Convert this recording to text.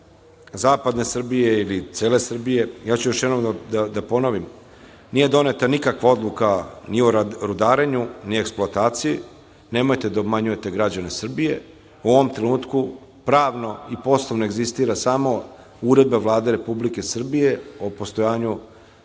zapadne Srbije ili cele Srbije, ja ću još jednom da ponovim – nije doneta nikakva odluka ni o rudarenju, ni o eksploataciji, nemojte da obmanjujete građane Srbije, u ovom trenutku pravno i poslovno egzistira samo Uredba Vlade Republike Srbije o postojanju